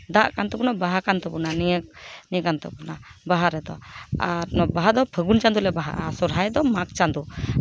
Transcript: ᱫᱟᱜ ᱠᱟᱱ ᱛᱟᱵᱚᱱᱟ ᱵᱟᱦᱟ ᱠᱟᱱ ᱛᱟᱵᱚᱱᱟ ᱱᱤᱭᱟᱹ ᱱᱤᱭᱟᱹ ᱠᱟᱱ ᱛᱟᱵᱚᱱᱟ ᱵᱟᱦᱟ ᱨᱮᱫᱚ ᱟᱨ ᱱᱚᱣᱟ ᱵᱟᱦᱟ ᱫᱚ ᱯᱷᱟᱹᱜᱩᱱ ᱪᱟᱸᱫᱳ ᱞᱮ ᱵᱟᱦᱟᱜᱼᱟ ᱥᱚᱦᱚᱨᱟᱭ ᱫᱚ ᱢᱟᱜᱽ ᱪᱟᱸᱫᱚ